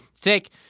take